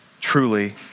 truly